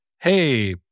hey